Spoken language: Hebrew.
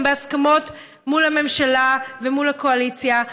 גם בהסכמות מול הממשלה ומול הקואליציה.